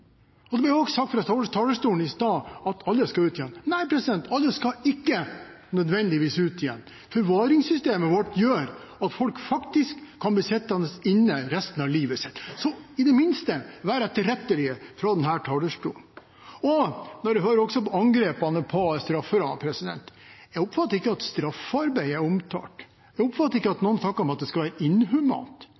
fengsel. Det ble også sagt fra talerstolen i stad at alle skal ut igjen. Nei, alle skal ikke nødvendigvis ut igjen. Forvaringssystemet vårt gjør at folk faktisk kan bli sittende inne resten av livet sitt. Så vær i det minste etterrettelige fra denne talerstolen! Bare hør på angrepene på strafferammen: Jeg oppfatter ikke at straffarbeid er omtalt, jeg oppfatter ikke at noen snakker om at det skal være inhumant.